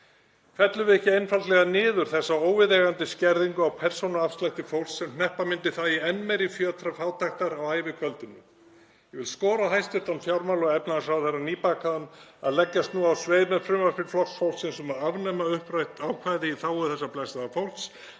Fellum við ekki einfaldlega niður þessa óviðeigandi skerðingu á persónuafslætti fólks sem hneppa myndi það í enn meiri fjötra fátæktar á ævikvöldinu? Ég vil skora á hæstv. nýbakaðan fjármála- og efnahagsráðherra (Forseti hringir.) að leggjast nú á sveif með frumvarpi Flokks fólksins um að afnema umrætt ákvæði í þágu þessa blessaða fólks.